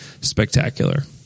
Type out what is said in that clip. spectacular